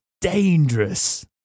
dangerous